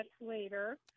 later